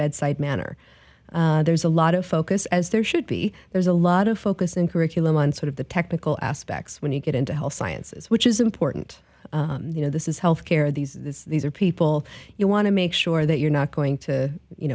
bedside manner there's a lot of focus as there should be there's a lot of focus in curriculum on sort of the technical aspects when you get into health sciences which is important you know this is health care these these are people you want to make sure that you're not going to you